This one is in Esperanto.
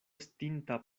estinta